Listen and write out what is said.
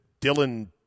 Dylan